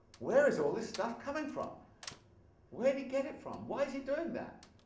where is all this stuff coming from where'd he get it from? why is he doing that